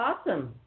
awesome